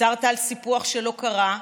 הצהרת על סיפוח שלא קרה,